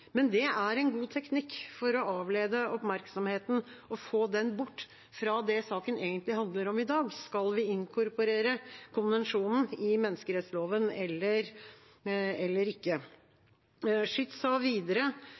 men det er en god teknikk for å avlede oppmerksomheten og få den bort fra det saken i dag egentlig handler om: Skal vi inkorporere konvensjonen i menneskerettsloven eller ikke? Schytz sa videre